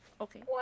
okay